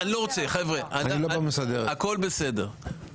הכול בסדר.